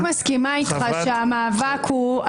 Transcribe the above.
אני רק מסכימה איתך שהמאבק הוא,